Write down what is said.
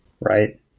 Right